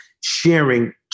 sharing